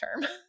term